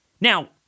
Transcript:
Now